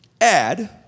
add